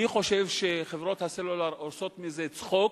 אני חושב שחברות הסלולר עושות מזה צחוק